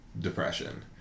depression